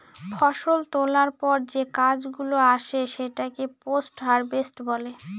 ফষল তোলার পর যে কাজ গুলো আসে সেটাকে পোস্ট হারভেস্ট বলে